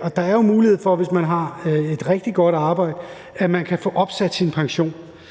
Og der er jo mulighed for, hvis man har et rigtig godt arbejde, at man kan få opsat sin pension.